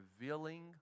revealing